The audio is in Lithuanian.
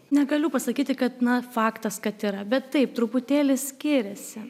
negaliu pasakyti kad na faktas kad yra bet taip truputėlį skiriasi